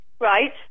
Right